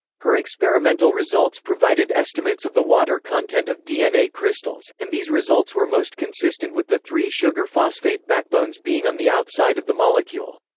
her experimental results provided estimates of the water content of dna crystals, and these results were most consistent with the three sugar-phosphate backbones being on the outside of the molecule.